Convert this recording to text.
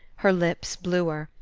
her lips bluer,